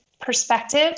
perspective